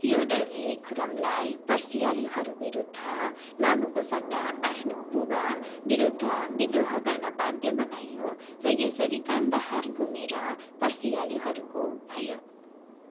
यो डरले खुरमलाई पर्सियालीहरू विरुद्ध लड्नुको सट्टा आफ्नो बुबा विरुद्ध विद्रोह गर्न बाध्य बनायो र यसरी कान्दाहार गुमेर पर्सियालीहरूको भयो